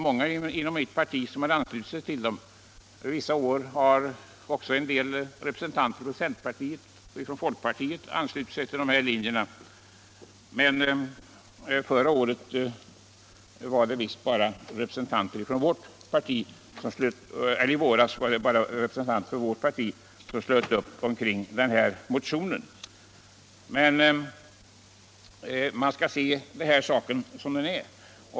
Många inom mitt parti har stött den, och vissa år har också en del representanter för centerpartiet och folkpartiet gjort det. Men i våras var det bara representanter för vårt parti som slöt upp kring motionen. Man skall se den här saken som den är.